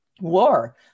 War